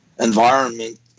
environment